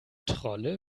trolle